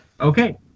Okay